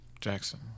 Jackson